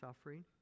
suffering